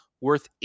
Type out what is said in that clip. worth